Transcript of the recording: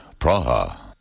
Praha